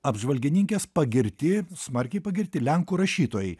apžvalgininkės pagirti smarkiai pagirti lenkų rašytojai